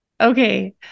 Okay